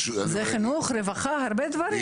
זה חינוך, רווחה, הרבה דברים.